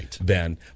Ben